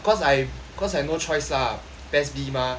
cause I cause I no choice lah PES B mah